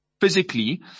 physically